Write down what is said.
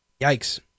Yikes